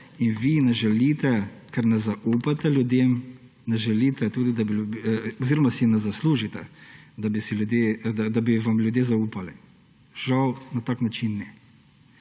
in vi ne želite, ker ne zaupate ljudem, ne želite tudi, da bi … oziroma si ne zaslužite, da bi vam ljudje zaupali. Žal, na tak način ne.